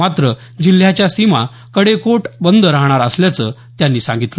मात्र जिल्ह्याच्या सीमा कडेकोट बंद राहणार असल्याचं त्यांनी सांगितलं